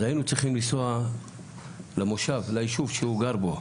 אז היינו צריכים לנסוע ליישוב שהוא גר בו,